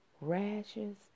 rashes